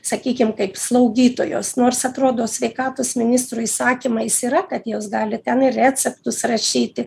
sakykim kaip slaugytojos nors atrodo sveikatos ministro įsakymais yra kad jos gali ten ir receptus rašyti